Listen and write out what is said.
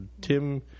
Tim